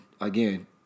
again